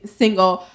single